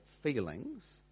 feelings